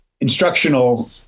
instructional